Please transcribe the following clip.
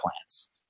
plants